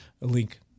link